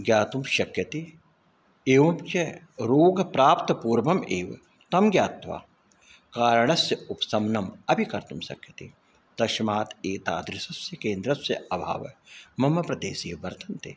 ज्ञातुं शक्यते एवं च रोगप्राप्तिपूर्वम् एव तं ज्ञात्वा कारणस्य उपशमनम् अपि कर्तुं शक्यते तस्मात् एतादृशस्य केन्द्रस्य अभावः मम प्रदेशे वर्तन्ते